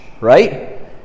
right